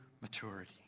maturity